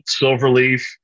Silverleaf